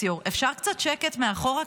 אפשר קצת שקט מאחורה?